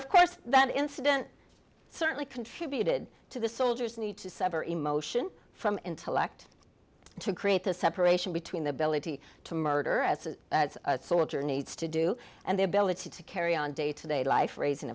of course that incident certainly contributed to the soldier's need to sever emotion from intellect to create the separation between the belly to murder as a soldier needs to do and the ability to carry on day to day life raising